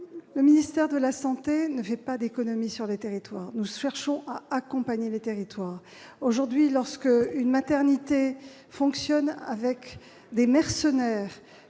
Le ministère de la santé ne fait pas d'économies sur les territoires ; nous cherchons à les accompagner. Aujourd'hui, lorsqu'une maternité fonctionne avec des « mercenaires